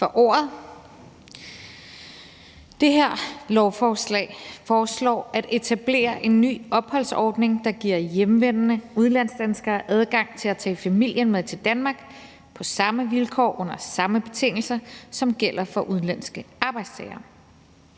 for ordet. Med det her lovforslag foreslås det at etablere en ny opholdsordning, der giver hjemvendende udlandsdanskere adgang til at tage familien med til Danmark på samme vilkår og under samme betingelser, som gælder for udenlandske arbejdstagere.